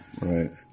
Right